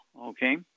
Okay